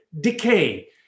decay